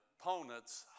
opponent's